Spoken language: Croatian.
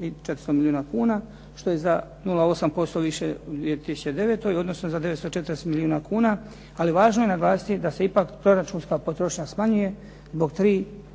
i 400 milijuna kuna, što je za 0,8% više u 2009., odnosno za 940 milijuna kuna. Ali važno je naglasiti da se ipak proračunska potrošnja smanjuje zbog tri temeljna